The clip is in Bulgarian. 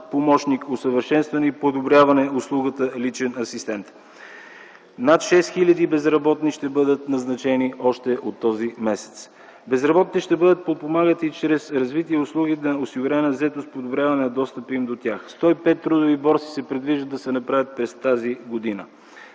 помощник”, усъвършенстване и подобряване услугата „личен асистент”. Над 6000 безработни ще бъдат назначени още от този месец. Безработните ще бъдат подпомагани чрез развитие и услуги за осигуряване на заетост и подобряване на достъпа им до тях. Сто и пет трудови борси се предвижда да се направят през тази година.